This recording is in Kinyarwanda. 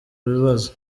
bibazo